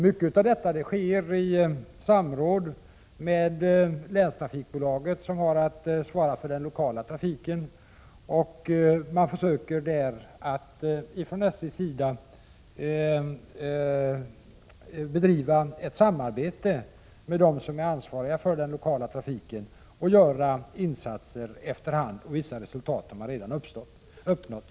Mycket av detta arbete sker i samråd med länstrafikbolaget, som har att svara för den lokala trafiken. Från SJ:s sida försöker man att bedriva ett samarbete med dem som är ansvariga för den lokala trafiken och att efter hand göra insatser. Vissa resultat har redan uppnåtts.